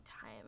time